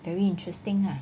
very interesting lah